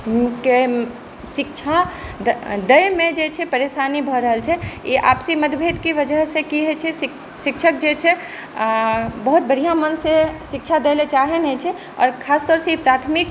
केँ शिक्षा दै मे जे परेशानी भऽ रहल छै ई आपसी मतभेदके वजह से की होइ छै शिक्षक जे छै बहुत बढ़िऑं मन से शिक्षा दै लए चाहै नहि छै आओर खास तौर से ई प्राथमिक